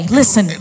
listen